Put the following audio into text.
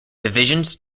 divisions